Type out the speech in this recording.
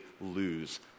lose